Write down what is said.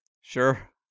Sure